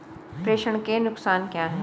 प्रेषण के नुकसान क्या हैं?